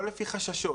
לא לפי חששות.